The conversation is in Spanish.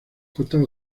costas